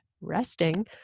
resting